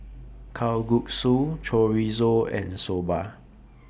Kalguksu Chorizo and Soba